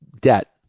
debt